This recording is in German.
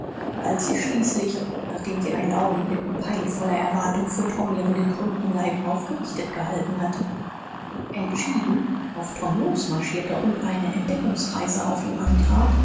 und als sie schließlich nachdem sie einen augenblick peinvoller erwartung für tom ihren gekrümmten leib aufgerichtet gehalten hatte entschieden auf tom losmarschierte und eine entdeckungsreise auf ihm antrat